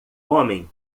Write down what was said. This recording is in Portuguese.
homem